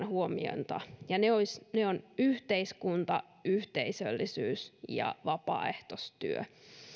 huomiota ja ne ovat yhteiskunta yhteisöllisyys ja vapaaehtoistyö